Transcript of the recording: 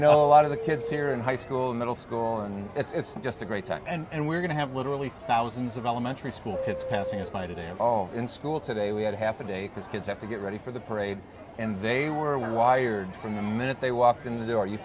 know a lot of the kids here in high school in middle school and it's just a great time and we're going to have literally thousands of elementary school kids passing in spite of them all in school today we had half a day because kids have to get ready for the parade and they were wired from the minute they walked in the door you